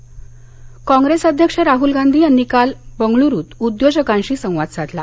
राहल गांधी कॉप्रेस अध्यक्ष राहूल गांधी यांनी काळ बंगळुरूत उद्योजकांशी संवाद साधला